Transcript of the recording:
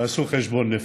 תעשו חשבון נפש,